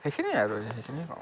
সেইখিনিয়ে আৰু সেইখিনিয়ে ক'ম আৰু